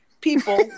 People